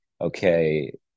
Okay